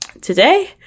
today